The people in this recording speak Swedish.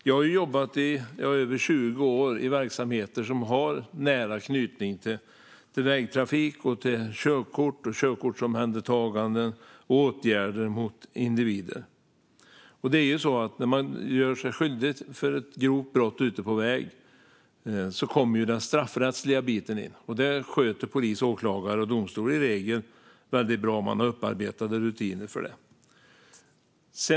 Jag har jobbat i över 20 år i verksamheter som har nära anknytning till vägtrafik, körkort, körkortsomhändertaganden och åtgärder mot individer. När man gör sig skyldig till ett grovt brott ute på väg finns det ju en straffrättslig aspekt, och den sköter i regel polis, åklagare och domstol väldigt bra. Man har upparbetade rutiner för det.